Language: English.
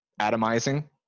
atomizing